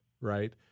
Right